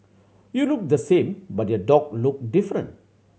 you look the same but your dog look different